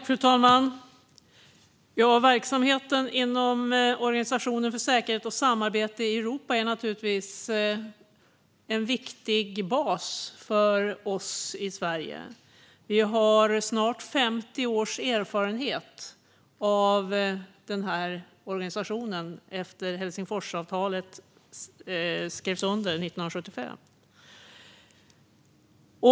Fru talman! Verksamheten inom Organisationen för säkerhet och samarbete i Europa är naturligtvis en viktig bas för oss i Sverige. Vi har snart 50 års erfarenhet av organisationen efter det att Helsingforsavtalet skrevs under 1975.